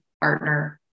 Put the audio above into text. partner